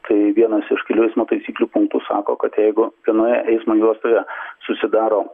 tai vienas iš kelių eismo taisyklių punktų sako kad jeigu vienoje eismo juostoje susidaro